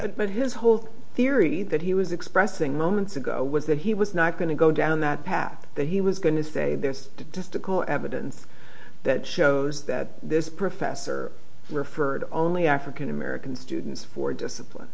but his whole theory that he was expressing moments ago was that he was not going to go down that path that he was going to say there's difficult evidence that shows that this professor referred only african american students for discipline